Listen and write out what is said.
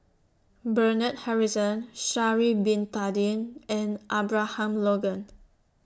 Bernard Harrison Sha'Ari Bin Tadin and Abraham Logan